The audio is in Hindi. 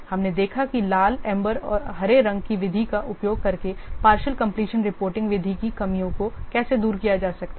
हमने देखा है कि लाल एम्बर हरे रंग की विधि का उपयोग करके पार्शियल कंप्लीशन रिपोर्टिंग विधि की कमियों को कैसे दूर किया जा सकता है